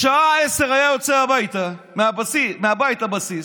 בשעה 10:00 היה יוצא מהבית לבסיס,